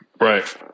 Right